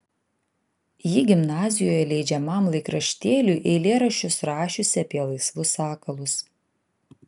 ji gimnazijoje leidžiamam laikraštėliui eilėraščius rašiusi apie laisvus sakalus